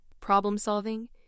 problem-solving